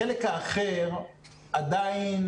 החלק האחר עדיין